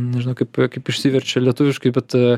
nežinau kaip kaip išsiveržė lietuviškai bet